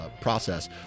process